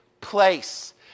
place